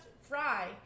Fry